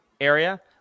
area